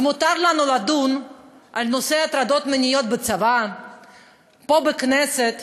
אז מותר לנו לדון על נושא הטרדות מיניות בצבא פה בכנסת